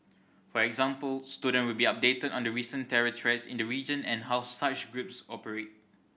for example student will be updated on the recent terror threats in the region and how such groups operate